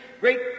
great